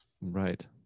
right